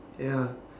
ya